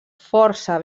força